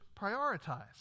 prioritize